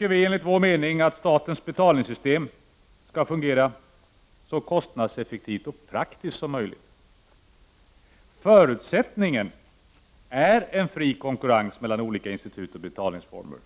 Enligt vår mening bör statens betalningssystem fungera så kostnadseffektivt och praktiskt som möjligt. Förutsättningen är en fri konkurrens mellan olika institut och betalningsformer.